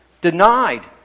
Denied